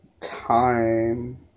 time